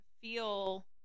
feel